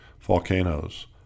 Volcanoes